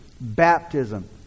baptism